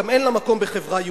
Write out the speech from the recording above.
גם אין לה מקום בחברה יהודית.